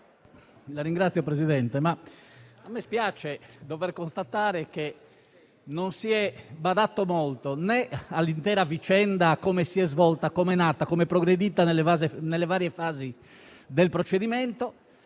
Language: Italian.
Signor Presidente, a me spiace dover constatare che non si è né badato molto all'intera vicenda, a come si è svolta, a come è nata e a come è progredita nelle varie fasi del procedimento,